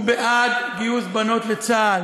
הוא בעד גיוס בנות לצה"ל.